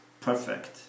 perfect